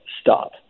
stop